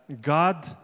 god